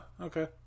Okay